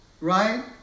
right